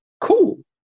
cool